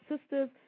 Sisters